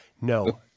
No